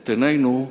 את עינינו,